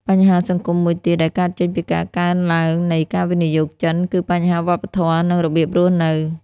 បញ្ហាសង្គមមួយទៀតដែលកើតចេញពីការកើនឡើងនៃការវិនិយោគចិន គឺបញ្ហាវប្បធម៌ និងរបៀបរស់នៅ។